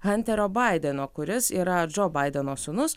hanterio baideno kuris yra džo baideno sūnus